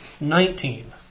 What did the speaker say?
Nineteen